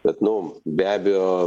bet nu be abejo